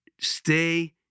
Stay